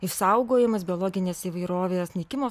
išsaugojimas biologinės įvairovės nykimo